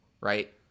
Right